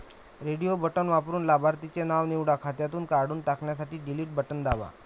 radio button वापरून लाभार्थीचे नाव निवडा, खात्यातून काढून टाकण्यासाठी डिलीट दाबा